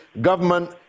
government